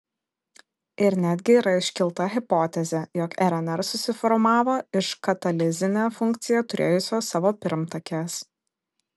ir netgi yra iškelta hipotezė jog rnr susiformavo iš katalizinę funkciją turėjusios savo pirmtakės